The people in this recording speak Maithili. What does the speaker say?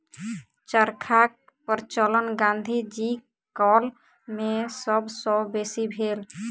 चरखाक प्रचलन गाँधी जीक काल मे सब सॅ बेसी भेल